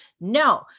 No